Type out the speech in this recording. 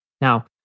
Now